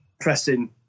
pressing